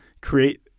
create